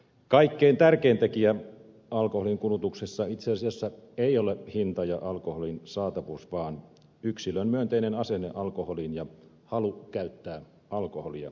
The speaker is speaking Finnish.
kaikkein tärkein tekijä alkoholin kulutuksessa itse asiassa ei ole hinta ja alkoholin saatavuus vaan yksilön myönteinen asenne alkoholiin ja halu käyttää alkoholia